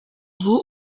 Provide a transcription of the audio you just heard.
ubu